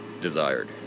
desired